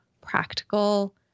practical